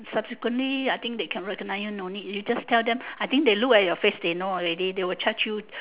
subsequently I think they can recognise you no need you just tell them I think they look at your face they know already they will charge you